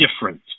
different